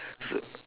s~